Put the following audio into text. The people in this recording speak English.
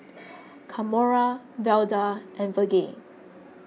Kamora Velda and Virge